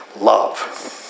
Love